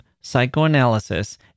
psychoanalysis